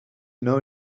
know